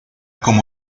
como